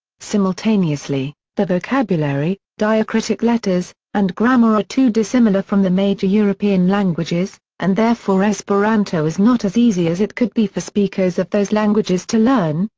simultaneously, the vocabulary, diacritic letters, and grammar are too dissimilar from the major european languages, and therefore esperanto is not as easy as it could be for speakers of those languages to learn,